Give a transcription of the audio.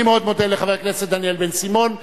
אני מאוד מודה לחבר הכנסת דניאל בן-סימון.